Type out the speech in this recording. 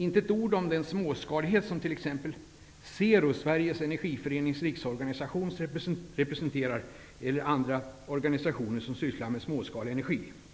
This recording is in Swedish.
Inte ett ord står det om den småskalighet som exempelvis SERO, Sveriges Energiföreningars Riksorganisation, eller andra organisationer som sysslar med småskalig energi representerar.